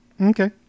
Okay